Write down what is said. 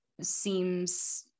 seems